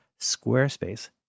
Squarespace